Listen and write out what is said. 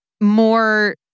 more